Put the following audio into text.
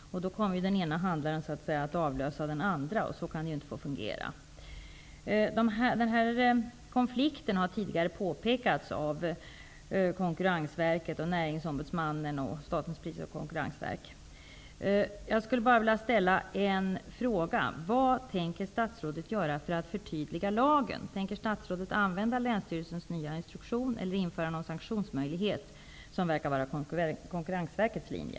Då kommer den ena handlaren att avlösa den andra. Så kan det inte få fungera. Den här konflikten har tidigare påpekats av Konkurrensverkets linje?